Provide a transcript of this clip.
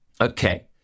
Okay